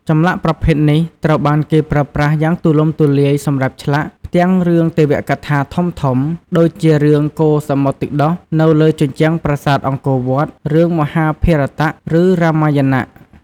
ចម្លាក់ប្រភេទនេះត្រូវបានគេប្រើប្រាស់យ៉ាងទូលំទូលាយសម្រាប់ឆ្លាក់ ផ្ទាំងរឿងទេវកថាធំៗ ដូចជារឿងកូរសមុទ្រទឹកដោះនៅលើជញ្ជាំងប្រាសាទអង្គរវត្ត រឿងមហាភារតៈ ឬរាមាយណៈ។